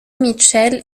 mitchell